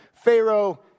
Pharaoh